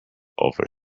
over